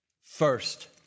first